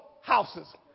houses